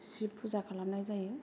शिब फुजा खालामनाय जायो